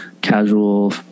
casual